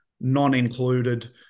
non-included